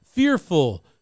fearful